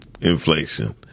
inflation